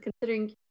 considering